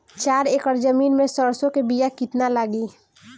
चार एकड़ जमीन में सरसों के बीया कितना लागी?